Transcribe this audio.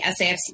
SAFC